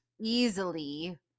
easily